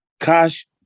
Cash